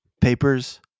Papers